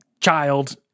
child